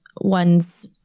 ones